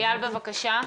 בבקשה.